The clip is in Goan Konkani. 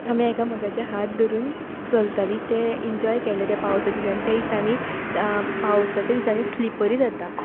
एकामेकाचे हात धरून चलताली तें एन्जॉय केलें ते पावसाच्या दिसांनी पावसाच्या दिसांनी स्लिपरी जाता